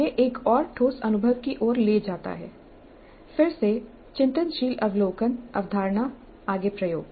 यह एक और ठोस अनुभव की ओर ले जाता है फिर से चिंतनशील अवलोकन अवधारणा आगे प्रयोग